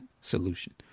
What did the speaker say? solution